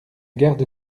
garde